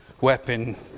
weapon